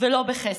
ולא בחסד.